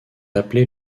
appelé